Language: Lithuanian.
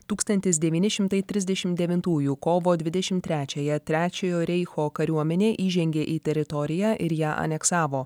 tūkstantis devyni šimtai trisdešimt devintųjų kovo dvidešimt trečiąją trečiojo reicho kariuomenė įžengė į teritoriją ir ją aneksavo